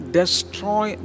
destroy